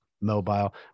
mobile